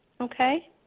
Okay